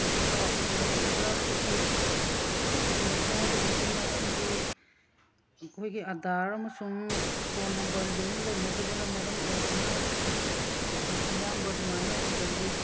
ꯑꯗꯨꯒ ꯂꯣꯟ ꯂꯧꯕꯗ ꯑꯩꯈꯣꯏꯒꯤ ꯈꯨꯗꯣꯡ ꯆꯥꯗꯕꯒꯤ ꯃꯔꯝꯗꯤ ꯑꯩꯈꯣꯏꯒꯤ ꯑꯗꯥꯔ ꯑꯃꯁꯨꯡ ꯐꯣꯟ ꯅꯝꯕꯔ ꯂꯤꯡ ꯂꯩꯅꯗꯕꯅ ꯃꯔꯝ ꯑꯣꯏꯗꯨꯅ ꯑꯗꯨ ꯑꯌꯥꯝꯕ ꯑꯗꯨꯃꯥꯏꯅ ꯑꯣꯏꯒꯜꯂꯤ